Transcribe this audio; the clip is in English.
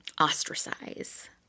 ostracize